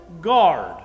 guard